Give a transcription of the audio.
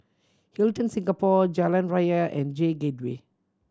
Hilton Singapore Jalan Raya and J Gateway